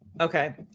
Okay